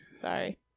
Sorry